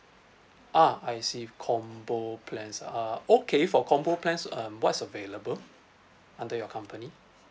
ah I see combo plans ah uh okay for combo plans um what's available under your company